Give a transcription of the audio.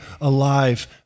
alive